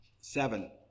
seven